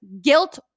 guilt